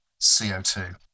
CO2